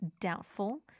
doubtful